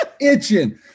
itching